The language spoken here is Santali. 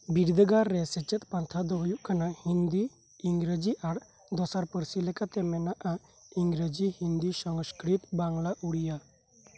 ᱵᱤᱨᱫᱟᱹᱜᱟᱲ ᱨᱮ ᱥᱮᱪᱮᱫ ᱯᱟᱱᱛᱷᱟ ᱫᱚ ᱦᱩᱭᱩᱜ ᱠᱟᱱᱟ ᱦᱤᱱᱫᱤ ᱤᱝᱨᱮᱡᱤ ᱟᱨ ᱫᱚᱥᱟᱨ ᱯᱟᱹᱨᱥᱤ ᱞᱮᱠᱟᱛᱮ ᱢᱮᱱᱟᱜᱼᱟ ᱤᱝᱨᱮᱡᱤ ᱦᱤᱱᱫᱤ ᱥᱚᱝᱥᱠᱨᱤᱛ ᱵᱟᱝᱞᱟ ᱩᱲᱤᱭᱟ